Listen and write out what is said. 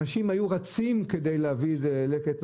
אנשים היו רצים כדי להביא את זה ללקט,